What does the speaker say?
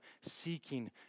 seeking